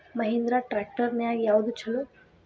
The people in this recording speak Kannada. ಮಹೇಂದ್ರಾ ಟ್ರ್ಯಾಕ್ಟರ್ ನ್ಯಾಗ ಯಾವ್ದ ಛಲೋ?